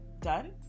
done